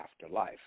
afterlife